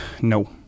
no